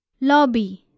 lobby